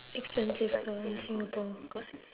expensive car in singapore